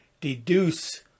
deduce